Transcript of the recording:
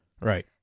Right